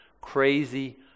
crazy